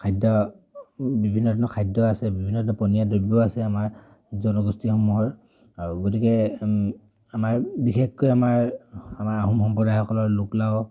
খাদ্য বিভিন্ন ধৰণৰ খাদ্য আছে বিভিন্ন ধৰণৰ পনীয়া দ্ৰব্য আছে আমাৰ জনগোষ্ঠীসমূহৰ গতিকে আমাৰ বিশেষকৈ আমাৰ আমাৰ আহোম সম্প্ৰদায়সকলৰ